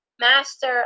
master